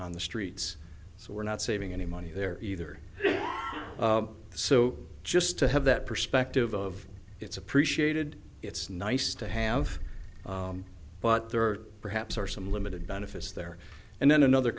on the streets so we're not saving any money there either so just to have that perspective of it's appreciated it's nice to have but there are perhaps are some limited benefits there and then another